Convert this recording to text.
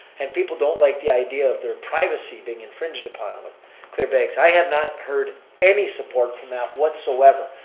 and people don't like the idea of their privacy being infringed upon with clear bags. i have not heard any support from that whatsoever.